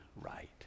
right